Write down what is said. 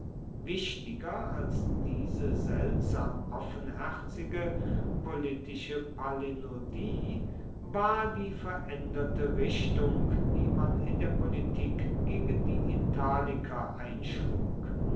wichtiger als diese seltsam offenherzige politische palinodie war die veränderte richtung die man in der politik gegen die italiker einschlug